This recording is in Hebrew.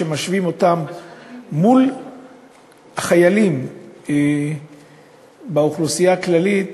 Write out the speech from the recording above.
כשמשווים אותם מול חיילים באוכלוסייה הכללית,